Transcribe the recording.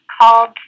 called